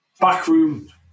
backroom